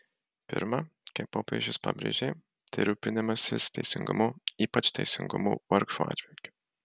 pirma kaip popiežius pabrėžė tai rūpinimasis teisingumu ypač teisingumu vargšų atžvilgiu